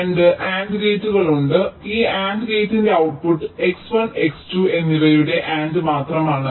രണ്ട് AND ഗേറ്റുകളുണ്ട് ഈ AND ഗേറ്റിന്റെ ഔട്ട്പുട്ട് X1 X2 എന്നിവയുടെ AND മാത്രമാണ്